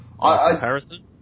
Comparison